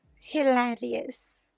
hilarious